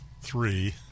three